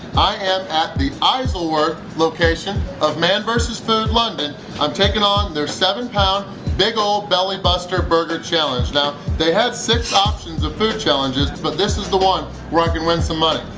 i am at the isleworth location of man vs. food london i'm taking on their seven pound big ol belly buster burger challenge! now they have six options of food challenges, but this is the one where i can win some money!